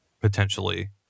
potentially